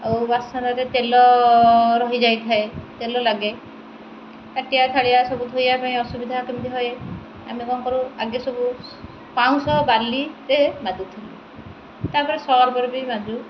ଆଉ ବାସନରେ ତେଲ ରହିଯାଇଥାଏ ତେଲ ଲାଗେ ତାଟିଆ ଥାଳିଆ ସବୁ ଧୋଇବା ପାଇଁ ଅସୁବିଧା କେମିତି ହୁଏ ଆମେ କ'ଣ କରୁ ଆଗେ ସବୁ ପାଉଁଶ ବାଲିରେ ମାଜୁଥିଲୁ ତା'ପରେ ସର୍ପରେ ବି ମାଜୁ